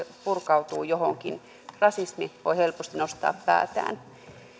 purkautuu johonkin rasismi voi helposti nostaa päätään